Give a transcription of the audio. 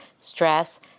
stress